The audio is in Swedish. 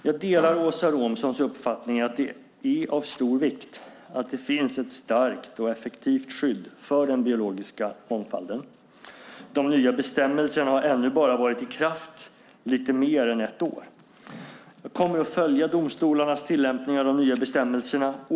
Jag delar Åsa Romsons uppfattning att det är av stor vikt att det finns ett starkt och effektivt skydd för den biologiska mångfalden. De nya bestämmelserna har ännu bara varit i kraft i lite mer än ett år. Jag kommer att följa domstolarnas tillämpning av de nya bestämmelserna.